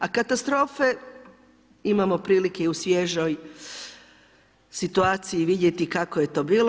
A katastrofe imamo prilike i u svježoj situaciji vidjeti kako je to bilo.